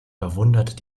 verwundert